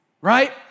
right